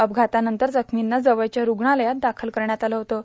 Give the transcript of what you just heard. अपघातातानंतर जखमींना जवळच्या रुग्णालयात दाखल करण्यात आलं होतं